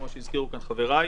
כמו שהזכירו כאן חבריי.